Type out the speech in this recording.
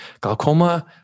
Glaucoma